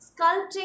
sculpting